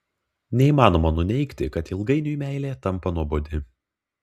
neįmanoma nuneigti kad ilgainiui meilė tampa nuobodi